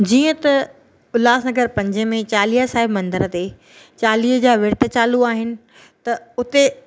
जीअं त उल्हास नगर पंजे में चालीहा साहिब मंदर ते चालीहें जा विर्त चालू आहिनि त उते